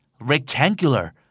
Rectangular